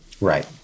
Right